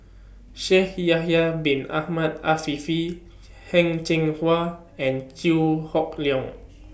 Shaikh Yahya Bin Ahmed Afifi Heng Cheng Hwa and Chew Hock Leong